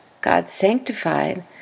God-sanctified